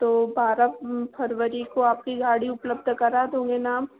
तो बारह फरवरी को आपकी गाड़ी उपलब्ध करा दोगे ना आप